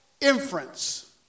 inference